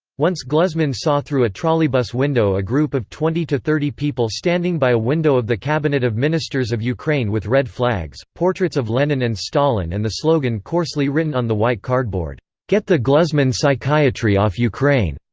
once gluzman saw through a trolleybus window a group of twenty thirty people standing by a window of the cabinet of ministers of ukraine with red flags, portraits of lenin and stalin and the slogan coarsely written on the white cardboard get the gluzman psychiatry off ukraine!